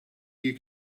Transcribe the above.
you